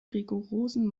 rigorosen